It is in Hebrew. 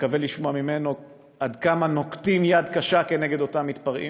ומקווה לשמוע עד כמה נוקטים יד קשה נגד אותם מתפרעים,